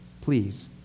Please